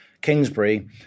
Kingsbury